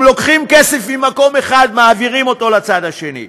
לוקחים כסף ממקום אחד, מעבירים אותו לצד השני.